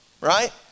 right